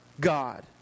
God